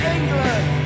England